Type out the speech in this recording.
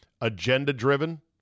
agenda-driven